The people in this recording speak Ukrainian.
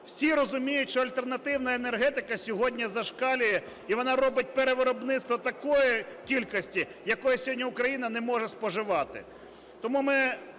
Всі розуміють, що альтеративна енергетика сьогодні зашкалює, і вона робить перевиробництво такої кількості, якої сьогодні Україна не може споживати.